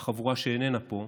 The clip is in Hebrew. החבורה שאיננה פה,